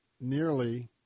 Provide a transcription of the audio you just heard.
nearly